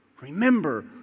remember